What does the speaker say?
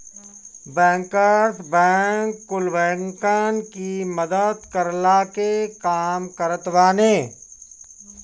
bankers bank कुल बैंकन की मदद करला के काम करत बाने